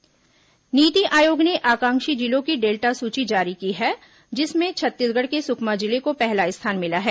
आकांक्षी जिला delta ranking NITI Aayog ने आकांक्षी जिलों की डेल्टा सूची जारी की है जिसमें छत्तीसगढ़ के सुकमा जिले को पहला स्थान मिला है